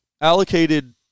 allocated